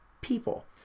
people